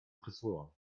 tresor